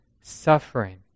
suffering